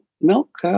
milk